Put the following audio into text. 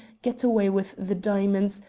get away with the diamonds,